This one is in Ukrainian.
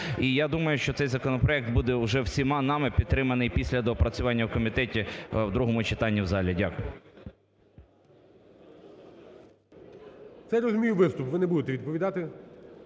І я думаю, що цей законопроект буде уже всіма нами підтриманий після доопрацювання в комітеті в другому читанні в залі. Дякую. ГОЛОВУЮЧИЙ. Це, я розумію, виступ. Ви не будете відповідати.